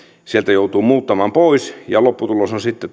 sieltä joutuu muuttamaan pois ja lopputulos on sitten